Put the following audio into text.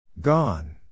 Gone